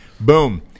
Boom